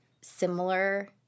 similar